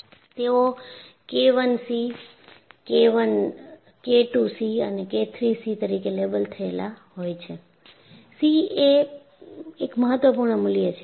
તેઓ K I c K II c અને K III c તરીકે લેબલ થયેલાં હોય છે c એ એક મહત્વપૂર્ણ મૂલ્ય છે